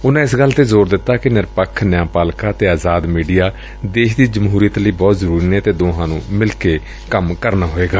ਉਨਾ ਇਸ ਗੱਲ ਤੇ ਜ਼ੋਰ ਦਿੱਤਾ ਕਿ ਨਿਰਪੱਖ ਨਿਆ ਪਾਲਿਕਾ ਅਤੇ ਆਜ਼ਾਦ ਮੀਡੀਆ ਦੇਸ਼ ਦੀ ਜਮਹੁਰੀਅਤ ਲਈ ਬਹੁਤ ਜ਼ਰੂਰੀ ਨੇ ਅਤੇ ਦੋਹਾਂ ਨੂੰ ਮਿਲ ਕੇ ਕੰਮ ਕਰਨਾ ਹੋਵੇਗਾ